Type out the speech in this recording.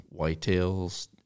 whitetails